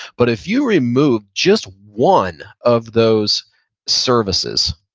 but if you remove just one of those services,